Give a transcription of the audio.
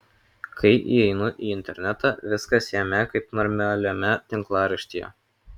kai įeinu į internetą viskas jame kaip normaliame tinklaraštyje